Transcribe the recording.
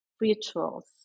rituals